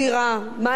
מה לעשות,